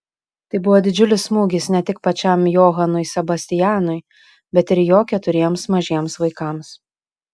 tai buvo didžiulis smūgis ne tik pačiam johanui sebastianui bet ir jo keturiems mažiems vaikams